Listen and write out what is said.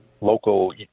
local